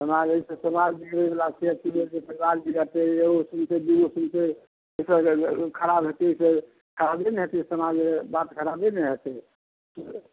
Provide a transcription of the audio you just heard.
समाज एहिसँ समाज बिगड़ै बला छै परिवार बिगड़तै एगो सुनतै दुगो सुनतै खराब हेतै एहिसँ खराबे ने हेतै समाज जे बात खराबे ने हेतै